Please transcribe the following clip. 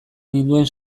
ninduen